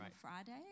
Friday